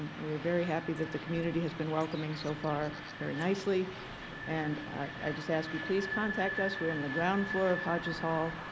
we're very happy that the community has been welcoming so far very nicely and i just ask you please contact us. we're in the ground floor of hodges hall,